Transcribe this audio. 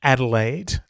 Adelaide